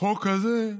החוק הזה,